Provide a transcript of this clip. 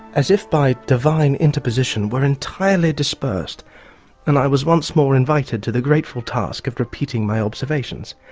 as if by divine interposition, were entirely dispersed and i was once more invited to the grateful task of repeating my observations.